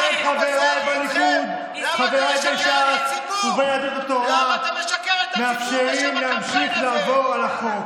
במקום לטפל במי שמפר את הסגרים, אנחנו נגד החרדים.